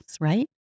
right